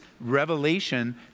revelation